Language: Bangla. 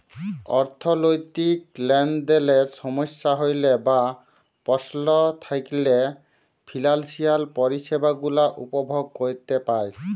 অথ্থলৈতিক লেলদেলে সমস্যা হ্যইলে বা পস্ল থ্যাইকলে ফিলালসিয়াল পরিছেবা গুলা উপভগ ক্যইরতে পার